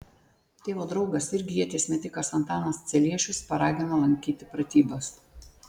tėvo draugas irgi ieties metikas antanas celiešius paragino lankyti pratybas